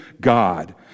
God